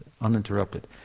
uninterrupted